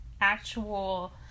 actual